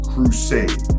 Crusade